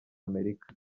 amerika